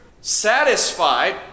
satisfied